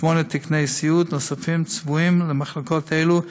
שמונה תקני סיעוד נוספים צבועים למחלקות אלו.